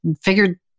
figured